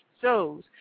shows